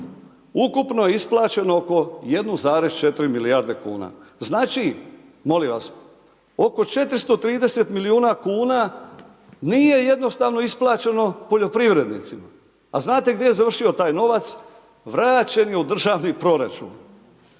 Ukupno je isplaćeno oko 1,4 milijarde kuna. Znači, molim vas, oko 430 milijuna kuna nije jednostavno isplaćeno poljoprivrednicima. A znate gdje je završio taj novac? Vraćen je u državni proračun.